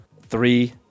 three